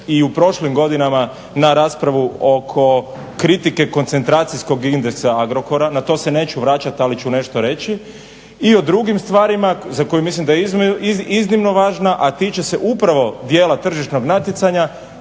i u prošlim godinama na raspravu oko kritike koncentracijskog indeksa Agrokora. Na to se neću vraćati, ali ću nešto reći. I o drugim stvarima za koje mislim da je iznimno važna, a tiče se upravo dijela tržišnog natjecanja.